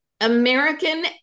American